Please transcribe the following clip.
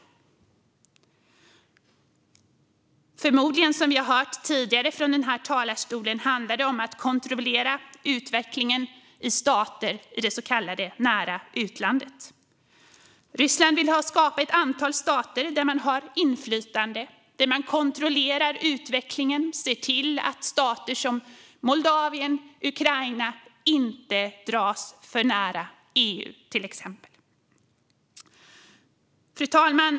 Förmodligen handlar det, som vi hört tidigare från den här talarstolen, om att kontrollera utvecklingen i stater i det så kallade nära utlandet. Ryssland vill skapa ett antal stater där man har inflytande, kontrollerar utvecklingen och ser till att stater som Moldavien och Ukraina inte dras för nära till exempel EU. Fru talman!